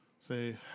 Say